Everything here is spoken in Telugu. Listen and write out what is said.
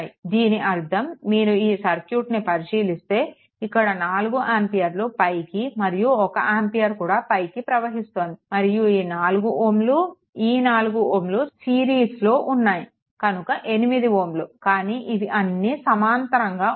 దీని అర్దం మీరు ఈ సర్క్యూట్ని పరిశీలిస్తే ఇక్కడ 4 ఆంపియర్లు పైకి మరియు 1 ఆంపియర్ కూడా పైకి ప్రవహిస్తోంది మరియు ఈ 4 Ω మరియు ఈ 4 Ω సిరీస్లో ఉన్నాయి కనుక 8 Ω కానీ ఇవి అన్నీ సమాంతరంగా ఉన్నాయి